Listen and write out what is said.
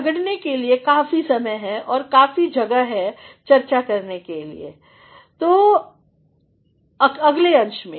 झगड़ने के लिए काफी समय है और काफी जगह है चर्चा के अंश में